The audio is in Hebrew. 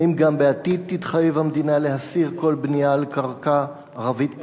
האם גם בעתיד תתחייב המדינה להסיר כל בנייה על קרקע ערבית פרטית?